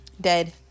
Dead